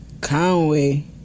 Conway